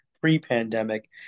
pre-pandemic